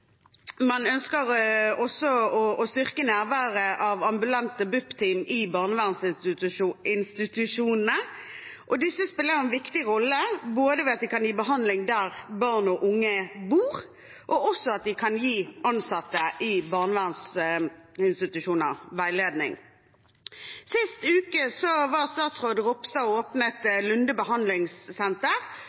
man ønsker også å styrke nærværet av ambulante BUP-team i barnevernsinstitusjonene, og disse spiller en viktig rolle både ved at de kan gi behandling der barn og unge bor, og ved at de kan gi ansatte i barnevernsinstitusjoner veiledning. Sist uke åpnet statsråd Ropstad